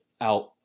out